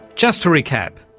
just to recap.